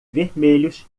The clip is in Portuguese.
vermelhos